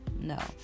No